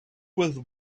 with